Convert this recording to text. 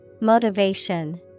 Motivation